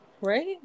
Right